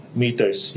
meters